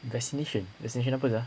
vaccination vaccination apa sia